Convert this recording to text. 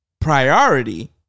priority